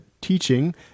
teaching